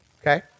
Okay